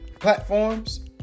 platforms